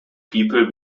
people